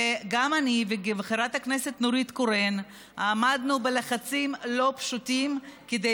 וגם אני וחברת הכנסת נורית קורן עמדנו בלחצים לא פשוטים כדי